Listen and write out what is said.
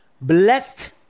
blessed